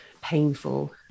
painful